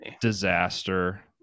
disaster